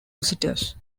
visitors